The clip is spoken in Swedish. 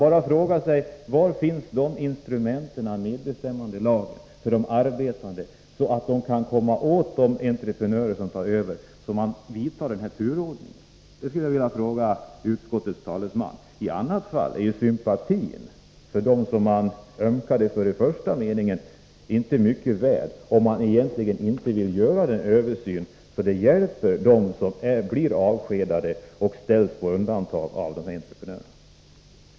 Jag frågar mig: Var i medbestämmandelagen finns de instrument som de arbetande behöver för att komma åt de entreprenörer som tar över och kringgår turordningen? Det vill jag fråga utskottets talesman. Sympatin för dem som man i den första meningen ömkade är inte mycket värd om man egentligen inte vill göra en översyn för att hjälpa dem som blir avskedade och ställs på undantag av dessa entreprenörer.